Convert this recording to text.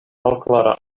malklara